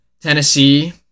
Tennessee